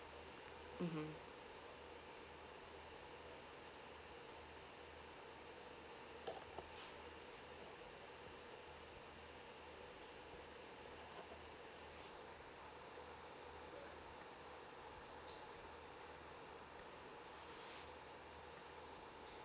mmhmm